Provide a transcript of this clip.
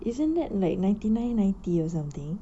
isn't that like ninety nine ninety or something